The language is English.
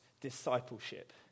discipleship